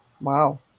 wow